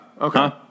okay